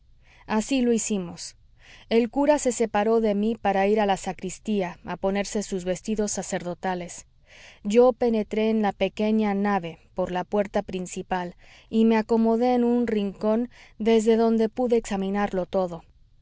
así lo hicimos el cura se separó de mí para ir a la sacristía a ponerse sus vestidos sacerdotales yo penetré en la pequeña nave por la puerta principal y me acomodé en un rincón desde donde pude examinarlo todo